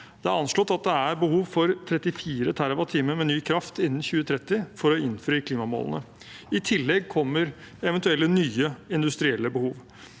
Det er anslått at det er behov for 34 TWh med ny kraft innen 2030 for å innfri klimamålene. I tillegg kommer eventuelle nye industrielle behov.